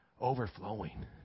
overflowing